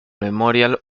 memorial